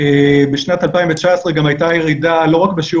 בשנת 2019 גם הייתה ירידה לא רק בשיעור